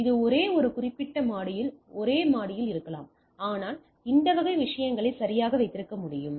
எனவே இது ஒரே குறிப்பிட்ட மாடியில் ஒரே மாடியில் இருக்கலாம் ஆனால் இந்த வகை விஷயங்களை சரியாக வைத்திருக்க முடியும்